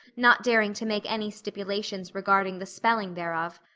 not daring to make any stipulations regarding the spelling thereof,